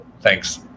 Thanks